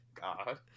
God